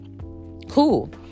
Cool